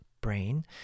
brain